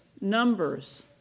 Numbers